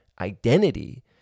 identity